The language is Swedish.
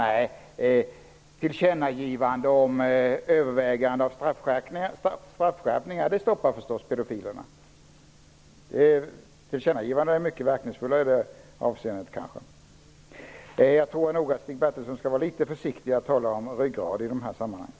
Nej, men tillkännagivande om övervägande av straffskärpningar stoppar förstås pedofilerna. Tillkännagivanden är kanske mycket verkningsfullare i det avseendet. Jag tror att Stig Bertilsson skall vara litet försiktig med att tala om ryggrad i de här sammanhangen.